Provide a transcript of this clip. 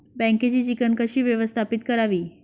बँकेची चिकण कशी व्यवस्थापित करावी?